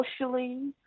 socially